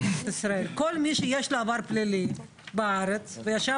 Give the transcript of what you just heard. יש לך עבר פלילי, לא ייתנו לך אזרחות.